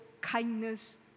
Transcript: kindness